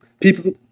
People